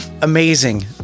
amazing